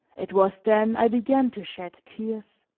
it was then i began to shed tears.